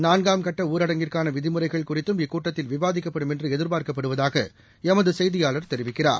நான்காம் கட்ட ஊரடங்கிற்கான விதிமுறைகள் குறித்தும் இக்கூட்டத்தில் விவாதிக்கப்படும் என்று எதிர்பார்க்கப்படுவதாக எமது செய்தியாளர் தெரிவிக்கிறார்